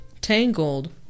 Tangled